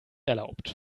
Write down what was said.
erlaubt